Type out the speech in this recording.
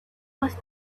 was